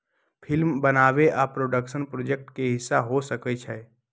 film बनाबे आ production project के हिस्सा हो सकइ छइ